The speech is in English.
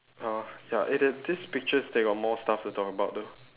uh ya eh the this picture they got more stuff to talk about though